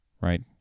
right